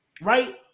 right